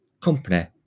company